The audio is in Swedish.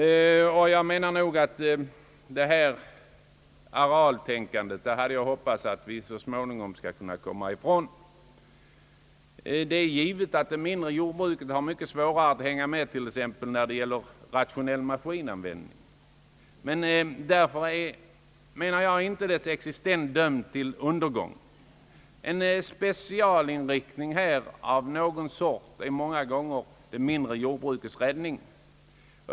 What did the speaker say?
Jag hade hoppats att arealtänkandet så småningom skulle försvinna. Det mindre jordbruket har givetvis svårare att följa med t.ex. när det gäller rationell maskinanvändning. Därmed är det emellertid inte till sin existens dömt till undergång. En specialinriktning av något slag är många gånger det mindre jordbrukets räddning.